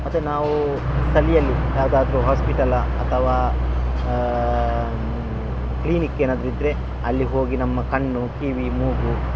ಅಥ್ವಾ ನಾವು ಸಲ್ಲಿಯಲ್ಲಿ ಯಾವ್ದಾದರು ಹಾಸ್ಪಿಟಲ ಅಥವಾ ಕ್ಲಿನಿಕ್ ಏನಾದರು ಇದ್ದರೆ ಅಲ್ಲಿಗೆ ಹೋಗಿ ನಮ್ಮ ಕಣ್ಣು ಕಿವಿ ಮೂಗು